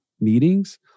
meetings